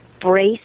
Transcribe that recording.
brace